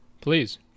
Please